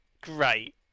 Great